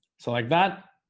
so like that